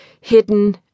hidden